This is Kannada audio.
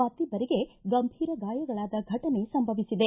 ಮತ್ತಿಬ್ಬರಿಗೆ ಗಂಭೀರ ಗಾಯಗಳಾದ ಘಟನೆ ಸಂಭವಿಸಿದೆ